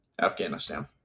Afghanistan